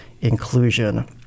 inclusion